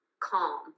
calm